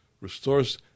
restores